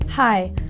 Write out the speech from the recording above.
Hi